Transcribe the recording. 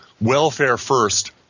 welfare-first